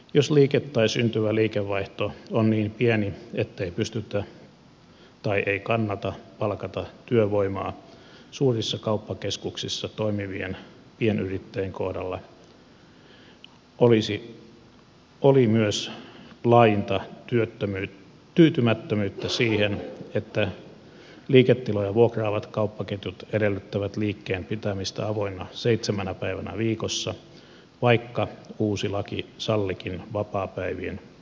jos liike tai syntyvä liikevaihto on niin pieni ettei pystytä tai ei kannata palkata työvoimaa suurissa kauppakeskuksissa toimivien pienyrittäjien kohdalla on laajinta tyytymättömyyttä siihen että liiketiloja vuokraavat kauppaketjut edellyttävät liikkeen pitämistä avoinna seitsemänä päivänä viikossa vaikka uusi laki salliikin vapaapäivien pitämisen